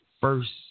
first